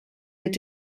mit